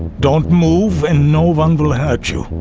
don't move and no one will hurt you.